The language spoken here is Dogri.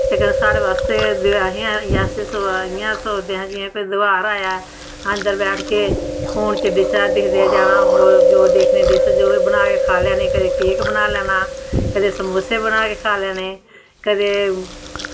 ते एह् साढ़े आस्तै एह् इ'यां सोचदे जि'यां कोई दोआर आया ऐ अंदर बैठ के फोन च दिक्खदे जाना डिश जो बी दिक्खनी बनानी ते खाई लैनी ते कदें केक बनाई लैना कदें समोसे बनाई लैने कदें